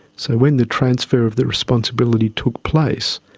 so when the transfer of the responsibility took place,